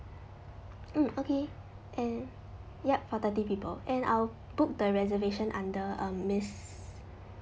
mm okay then yup for thirty people and I'll book the reservation under uh miss